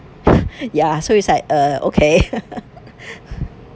ya so it's like uh okay